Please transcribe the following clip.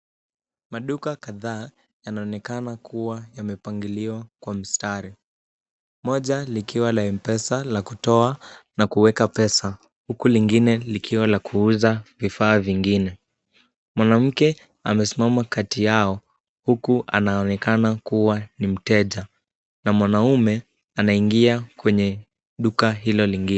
Maduka kadhaa yanaonekana kuwa yamepangiliwa kwa mstari. Moja likiwa la M-Pesa la kutoa na kuweka pesa, huku lingine likiwa la kuuza vifaa vingine. Mwanamke amesimama kati yao huku anaonekana kuwa ni mteja na mwanaume anaingia kwenye duka hilo lingine.